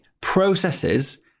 processes